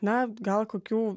na gal kokių